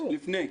לפני.